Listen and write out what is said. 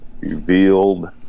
revealed